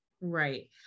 Right